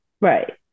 right